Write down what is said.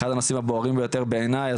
אחד הנושאים הבוערים ביותר בעיניי.